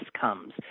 comes